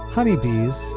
Honeybees